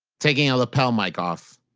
taking a lapel mic off.